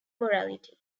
morality